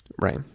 Right